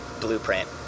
blueprint